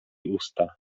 usta